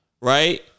right